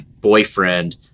boyfriend